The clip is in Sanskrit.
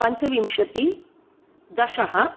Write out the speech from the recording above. पञ्चविंशतिः दश